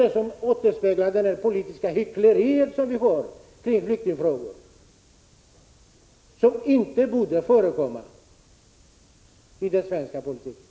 Det här återspeglar det politiska hyckleriet i flyktingfrågan, ett hyckleri som inte borde förekomma i svensk politik.